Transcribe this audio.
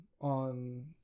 on